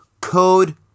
Code